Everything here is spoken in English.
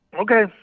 okay